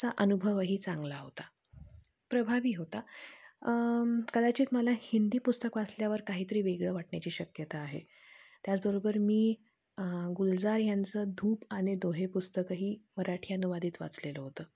चा अनुभवही चांगला होता प्रभावी होता कदाचित मला हिंदी पुस्तक वाचल्यावर काहीतरी वेगळं वाटण्याची शक्यता आहे त्याचबरोबर मी गुलजार यांचं धूप आणि दोहे पुस्तकंही मराठी अनुवादित वाचलेलं होतं